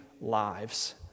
lives